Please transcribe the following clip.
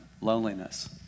loneliness